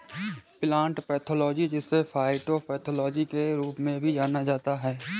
plant pathology जिसे phytopathology के रूप में भी जाना जाता है